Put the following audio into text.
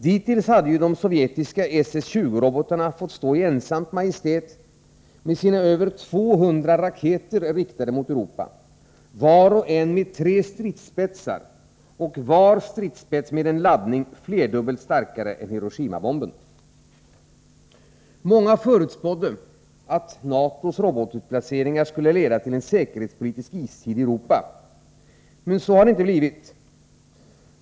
Dittills hade ju de sovjetiska SS 20-robotarna fått stå i ensamt majestät, med över 200 raketer riktade mot Europa, var och en med tre stridsspetsar och var stridsspets med en laddning tredubbelt starkare än Hiroshimabomben. Många förutspådde att NATO:s robotutplaceringar skulle leda till en säkerhetspolitisk istid i Europa. Men så har det inte blivit.